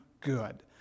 good